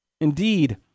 Indeed